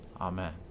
Amen